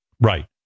Right